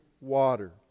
water